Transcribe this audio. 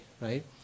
right